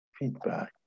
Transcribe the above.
feedback